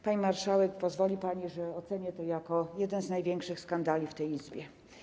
Pani marszałek, pozwoli pani, że ocenię to jako jeden z największych skandali w tej Izbie.